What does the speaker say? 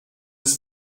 his